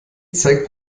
zeigt